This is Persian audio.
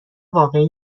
واقعی